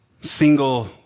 single